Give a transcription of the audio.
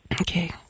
okay